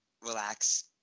relax